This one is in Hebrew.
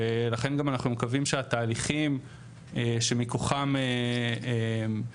ולכן אנחנו גם מקווים שהתהליכים שמכוחם הרגולטורים